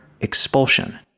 expulsion